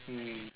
mm